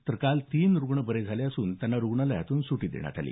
तर काल तीन रूग्ण बरे झाले असून त्यांना रुग्णालयातून सुटी देण्यात आली